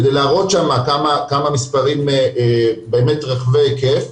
כדי להראות שם כמה המספרים באמת רחבי היקף,